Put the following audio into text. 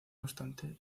obstante